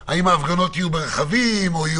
אבל מרגע שנחליט לא לקבל את התקנות האלה או לא לאשר